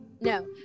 No